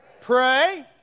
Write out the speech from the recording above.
Pray